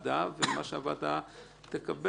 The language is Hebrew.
ומה שהוועדה תקבל,